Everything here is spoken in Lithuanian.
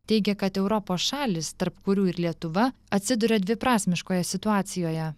teigia kad europos šalys tarp kurių ir lietuva atsiduria dviprasmiškoje situacijoje